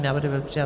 Návrh byl přijat.